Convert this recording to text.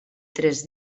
tres